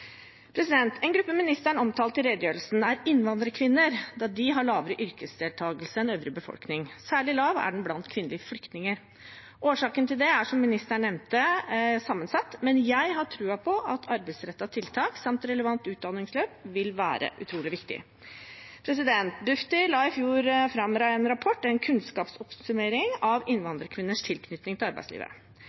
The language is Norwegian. En gruppe ministeren omtalte i redegjørelsen, er innvandrerkvinner, da de har lavere yrkesdeltakelse enn befolkningen for øvrig. Særlig lav er den blant kvinnelige flyktninger. Årsaken til det er, som ministeren nevnte, sammensatt, men jeg har tro på at arbeidsrettede tiltak samt relevant utdanningsløp vil være utrolig viktig. Bufdir la i fjor fram en rapport, en kunnskapsoppsummering av innvandrerkvinners tilknytning til arbeidslivet.